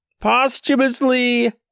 posthumously